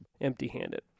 empty-handed